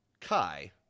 Kai